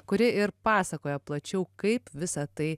kuri ir pasakoja plačiau kaip visa tai